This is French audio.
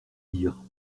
dire